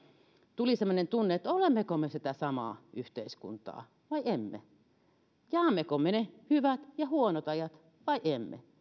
tuli semmoinen tunne että olemmeko me sitä samaa yhteiskuntaa vai emme jaammeko me ne hyvät ja huonot ajat vai emme